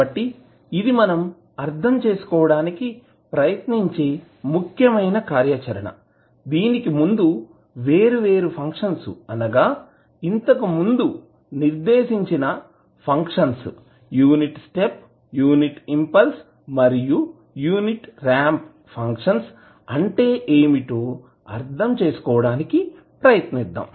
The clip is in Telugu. కాబట్టి ఇది మనము అర్థం చేసుకోవడానికి ప్రయత్నించే ముఖ్యమైన కార్యాచరణ దీనికి ముందు వేర్వేరు ఫంక్షన్స్ ని అనగా ఇంతకుముందు నిర్దేశించిన functions unit step unit impulse మరియు యూనిట్ రాంప్ ఫంక్షన్స్ అంటే ఏమిటో అర్ధం చేసుకోవడానికి ప్రయత్నిద్దాం